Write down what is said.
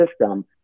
system